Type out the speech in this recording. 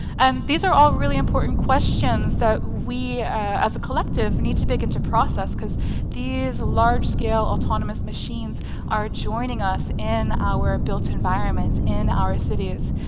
and these are all really important questions that we as a collective need to begin to process because these large-scale autonomous machines are joining us in our built environment in our cities.